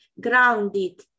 grounded